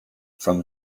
from